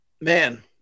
man